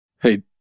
Hey